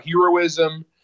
heroism